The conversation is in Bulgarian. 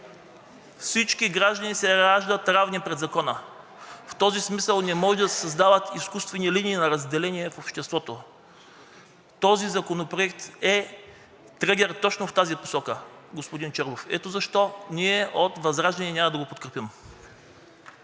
Всички граждани се раждат равни пред закона. В този смисъл не може да се създават изкуствени линии на разделение в обществото. Този законопроект е трегер точно в тази посока, господин Чорбов. Ето защо ние от ВЪЗРАЖДАНЕ няма да го подкрепим.